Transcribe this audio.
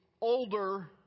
older